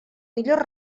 millor